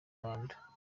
rwanda